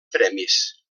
premis